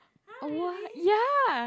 on what ya